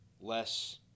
less